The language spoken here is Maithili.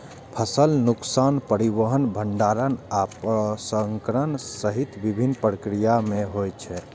फसलक नुकसान परिवहन, भंंडारण आ प्रसंस्करण सहित विभिन्न प्रक्रिया मे होइ छै